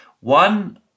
One